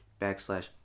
backslash